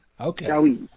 Okay